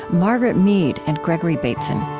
margaret mead and gregory bateson